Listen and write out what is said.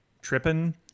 tripping